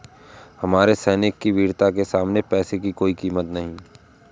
हमारे सैनिक की वीरता के सामने पैसे की कोई कीमत नही है